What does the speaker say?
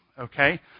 okay